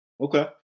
Okay